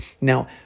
Now